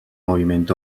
moviment